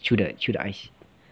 chew the chew the ice